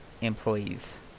employees